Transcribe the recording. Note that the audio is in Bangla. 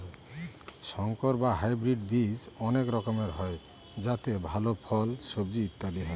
সংকর বা হাইব্রিড বীজ অনেক রকমের হয় যাতে ভাল ফল, সবজি ইত্যাদি হয়